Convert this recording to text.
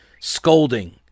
scolding